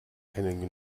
einen